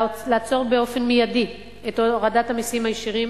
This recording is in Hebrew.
לעצור באופן מיידי את הורדת המסים הישירים